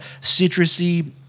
citrusy